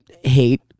hate